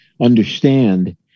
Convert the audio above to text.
understand